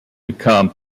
become